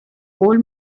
old